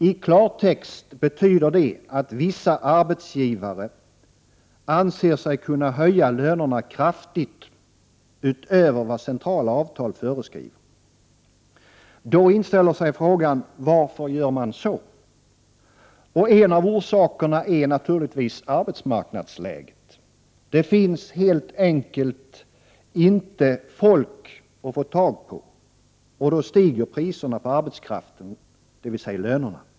I klartext betyder det att vissa arbetsgivare anser sig kunna höja lönerna kraftigt utöver vad som föreskrivs i centrala avtal. Då inställer sig frågan varför man gör så. En av orsakerna är naturligtvis arbetsmarknadsläget. Det finns helt enkelt inte folk att få tag på, och då stiger priserna på arbetskraften, dvs. lönerna.